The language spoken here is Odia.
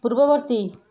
ପୂର୍ବବର୍ତ୍ତୀ